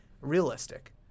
realistic